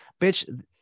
bitch